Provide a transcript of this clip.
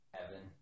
Evan